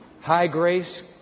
high-grace